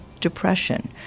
depression